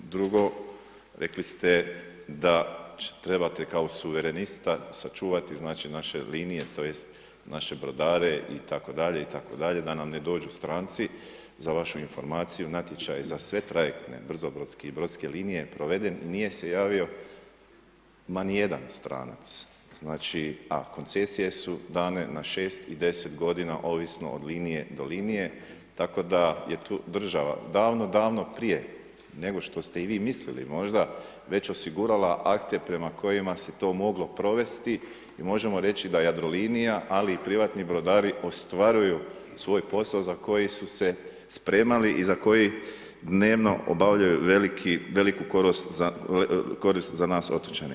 Drugo, rekli ste da trebate kao suverenista sačuvati naše linije, tj. naše brodare itd. da nam ne dođu stranci, za vašu informaciju, natječaji za sve trajekte, brzo-brodske i brodske linije je proveden i nije se javio ma nijedan stranac, znači, a koncesije su dane na 6 i 10 godina, ovisno od linije do linije, tako da je tu država davno, davno prije nego nego što ste i vi mislili možda već osigurala akte prema kojima se to moglo provesti i možemo reći da Jadrolinija, ali i privatni brodari ostvaruju svoj posao za koji su se spremali i za koji dnevno obavljaju veliku korist za nas otočane.